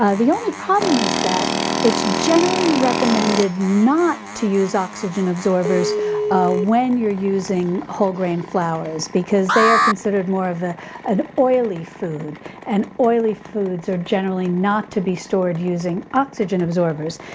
the only problem is that it's generally recommended not to use oxygen absorbers when you're using whole grain flours, because they are considered more of ah an oily food and oily foods are generally not to be stored using oxygen absorbers.